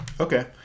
Okay